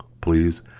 please